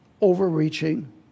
overreaching